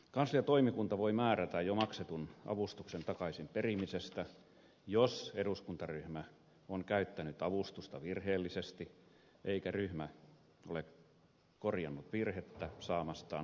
kansliatoimikunta voi määrätä jo maksetun avustuksen takaisin perimisestä jos eduskuntaryhmä on käyttänyt avustusta virheellisesti eikä ryhmä ole korjannut virhettä saamastaan huomautuksesta huolimatta